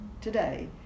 today